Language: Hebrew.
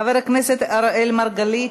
חבר הכנסת אראל מרגלית,